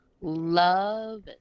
love